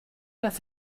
dass